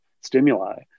stimuli